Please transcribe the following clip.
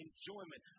Enjoyment